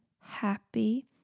happy